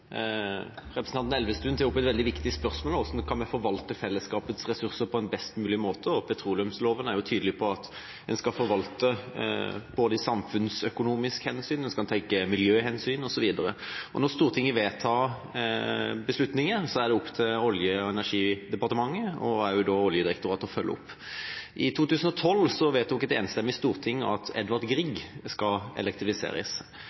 Representanten Elvestuen tok opp et veldig viktig spørsmål: Hvordan kan vi forvalte fellesskapets ressurser på en best mulig måte? Petroleumsloven er tydelig på at en skal forvalte ut fra samfunnsøkonomisk hensyn, en skal ta miljøhensyn, osv. Når Stortinget beslutter, er det opp til Olje- og energidepartementet og Oljedirektoratet å følge opp. I 2012 vedtok et enstemmig storting at Edvard Grieg-feltet skal elektrifiseres.